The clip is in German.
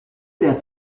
der